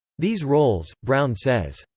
these roles, brown says,